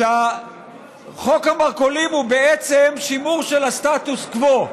ואמר שחוק המרכולים הוא בעצם שימור של הסטטוס קוו.